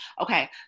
okay